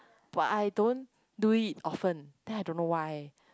but I don't do it often then I don't know why